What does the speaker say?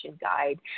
guide